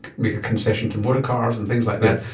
make a concession to motor cars and things like that.